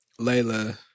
Layla